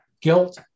guilt